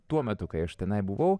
tuo metu kai aš tenai buvau